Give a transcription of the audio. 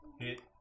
Hit